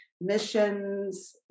missions